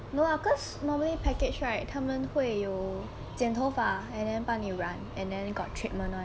no lah cause normally package right 他们会有剪头发 and then 帮你染 and then got treatment [one]